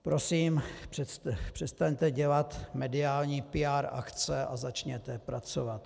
Prosím, přestaňte dělat mediální PR akce a začněte pracovat.